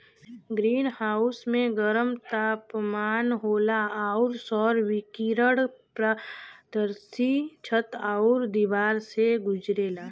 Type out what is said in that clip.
green house में गरम तापमान होला आउर सौर विकिरण पारदर्शी छत आउर दिवार से गुजरेला